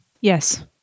Yes